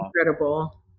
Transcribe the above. incredible